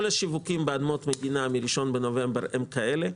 כל השיווקים באדמות מדינה מהראשון בנובמבר הם כאלה,